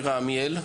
עמיאל.